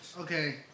Okay